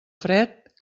fred